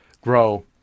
Grow